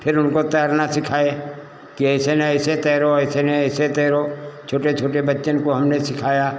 फिर उनको तैरना सिखाए कि ऐसे नहीं ऐसे तैरो ऐसे नहीं ऐसे तैरो छोटे छोटे बच्चन को हमने सिखाया